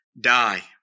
die